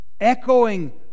echoing